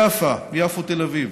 יפא, יפו תל אביב,